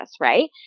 right